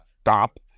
Stop